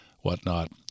whatnot